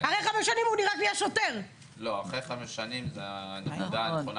אנחנו מדברים על מחזור 2017. אנחנו חתמנו על ההסכם